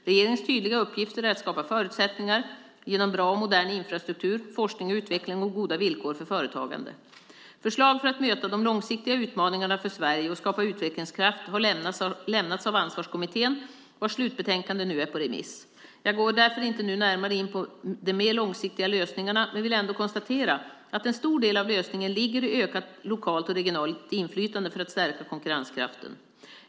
Regeringens tydliga uppgifter är att skapa förutsättningar genom bra och modern infrastruktur, forskning och utveckling och goda villkor för företagande. Förslag för att möta de långsiktiga utmaningarna för Sverige och skapa utvecklingskraft har lämnats av Ansvarskommittén, vars slutbetänkande nu är på remiss. Jag går därför inte nu närmare in på de mer långsiktiga lösningarna, men vill ändå konstatera att en stor del av lösningen ligger i ökat lokalt och regionalt inflytande, för att stärka konkurrenskraften.